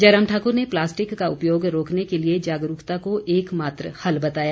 जयराम ठाकुर ने प्लास्टिक का उपयोग रोकने के लिए जागरूकता को एकमात्र हल बताया